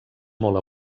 molt